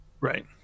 Right